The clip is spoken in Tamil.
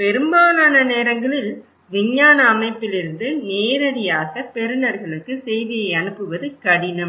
பெரும்பாலான நேரங்களில் விஞ்ஞான அமைப்பிலிருந்து நேரடியாக பெறுநர்களுக்கு செய்தியை அனுப்புவது கடினம்